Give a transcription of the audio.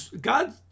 God